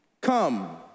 Come